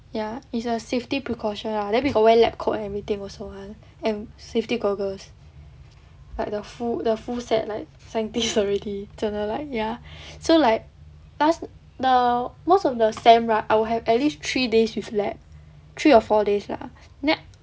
ya is a safety precaution lah then we got wear lab coat and everything also [one] and safety goggles like the full the full set like scientists already 真的 like ya so like last the most of the sem right I will have at least three days with lab three or four days lah then